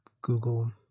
Google